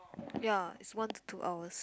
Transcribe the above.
ya it's one to two hours